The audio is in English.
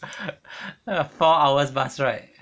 four hours bus ride